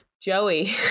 Joey